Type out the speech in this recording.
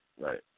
Right